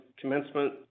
commencement